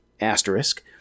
asterisk